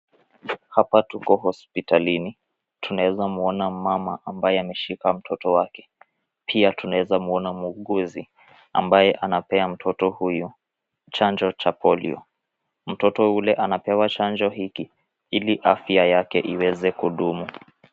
Hapa tuko hospitalini, tunaweza mwona mama ambaye ameshika mtoto wake, pia tunaweza mwona muuguzi ambaye anapea mtoto huyu chanjo cha polio . Mtoto ule anapewa chanjo hiki ili afya yake iweze kudumu.